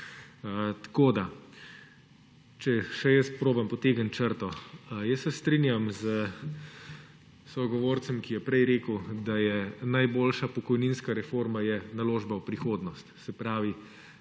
Tako naj še jaz poskušam potegniti črto. Strinjam se sogovorcem, ki je prej rekel, da je najboljša pokojninska reforma naložba v prihodnost. Se pravi,